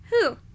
Who